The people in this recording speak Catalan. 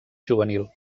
juvenil